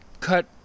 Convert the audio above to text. cut